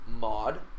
Mod